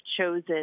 chosen